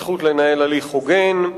הזכות להליך הוגן.